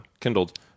kindled